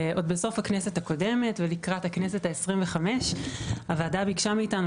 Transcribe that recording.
בסוף הכנסת הקודמת ולקראת הכנסת ה-25 הוועדה ביקשה מאתנו